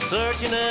Searching